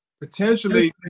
potentially